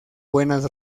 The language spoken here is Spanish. buenas